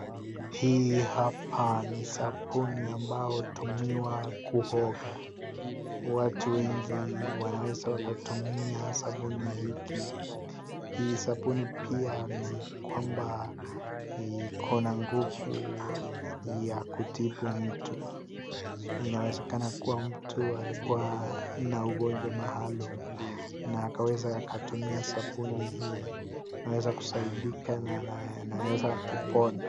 Hii hapa ni sabuni inayotumiwa kuoga, watu wengi wanaweza wakatumia sabuni hiki, hii sabuni pia ni kwamba iko na nguvu, ya kutibu mtu inawezekana mtu alikuwa na ugonjwa maalum, na akaweza kutumia sabuni hii, anaweza kusaidika na anaweza kupona.